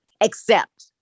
accept